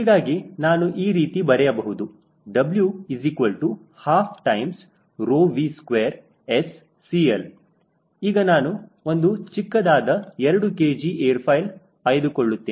ಹೀಗಾಗಿ ನಾನು ಈ ರೀತಿ ಬರೆಯಬಹುದು W12V2SCL ಈಗ ನಾನು ಒಂದು ಚಿಕ್ಕದಾದ 2 kg ಏರ್ ಫಾಯಿಲ್ ಆಯ್ದುಕೊಳ್ಳುತ್ತೇನೆ